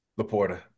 Laporta